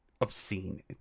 obscene